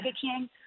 King